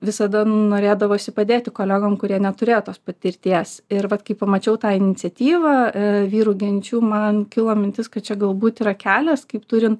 visada norėdavosi padėti kolegoms kurie neturėjo tos patirties ir vat kai pamačiau tą iniciatyvą vyrų genčių man kilo mintis kad čia galbūt yra kelios kaip turint